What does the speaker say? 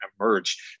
emerged